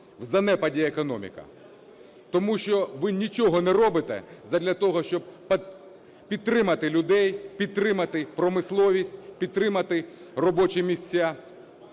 занепаді економіка, тому що ви нічого не робите задля того, щоб підтримати людей, підтримати промисловість, підтримати робочі місця?